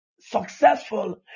successful